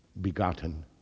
begotten